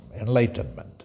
enlightenment